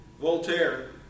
Voltaire